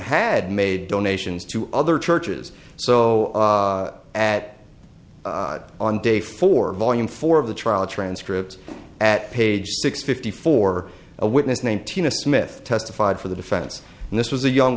had made donations to other churches so at on day four volume four of the trial transcript at page six fifty four a witness named tina smith testified for the defense and this was a young